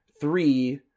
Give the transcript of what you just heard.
three